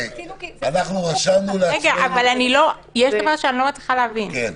יש דבר שאני לא מצליחה להבין.